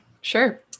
sure